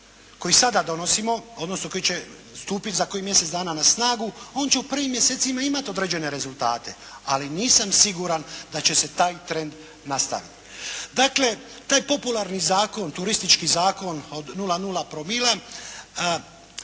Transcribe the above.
koji sada donosimo odnosno koji će stupit za kojih mjesec dana na snagu, on će u prvim mjesecima imati određene rezultate. Ali nisam siguran da će se taj trend nastaviti. Dakle, taj popularni zakon, turistički zakon od 0,0 promila